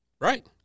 Right